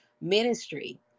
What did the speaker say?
ministry